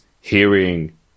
hearing